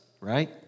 right